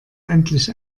endlich